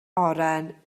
oren